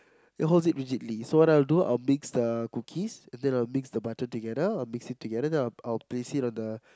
it holds it rigidly so what I will do I will mix the cookies and then I will mix the butter together I will mix it together then I I will place it on the